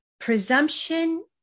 Presumption